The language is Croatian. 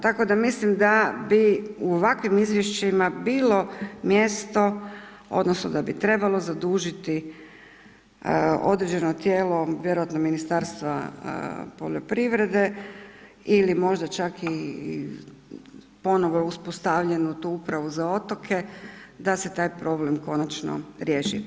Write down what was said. Tako da mislim da bi u ovakvim izvješćima bilo mjesto odnosno da bi trebalo zadužiti određeno tijelo vjerojatno Ministarstva poljoprivrede ili možda čak i ponovo uspostavljenu tu Upravu za otoke da se taj problem konačno riješi.